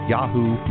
Yahoo